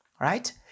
right